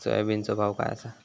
सोयाबीनचो भाव काय आसा?